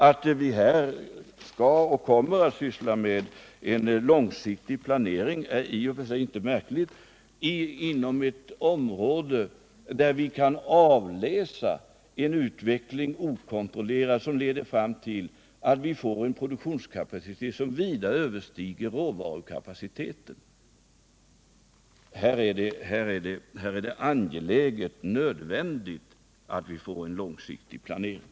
Att vi här skall syssla med en långsiktig planering är i och för sig inte märkligt, eftersom det visat sig att inom ett område där vi kan avläsa en okontrollerad utveckling denna leder fram till en produktionskapacitet som vida överstiger råvarukapaciteten. Här är det nödvändigt att vi får en långsiktig planering.